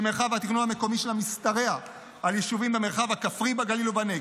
שמרחב התכנון המקומי שלה משתרע על יישובים במרחב הכפרי בגליל ובנגב.